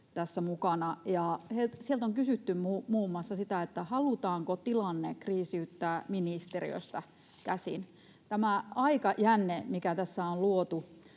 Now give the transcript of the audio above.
Sieltä on kysytty muun muassa, halutaanko tilanne kriisiyttää ministeriöstä käsin. Tämä aikajänne, mikä tässä on luotu